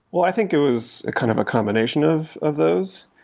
well, i think it was a kind of a combination of of those.